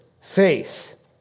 faith